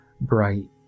Bright